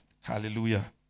Hallelujah